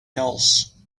else